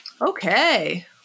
okay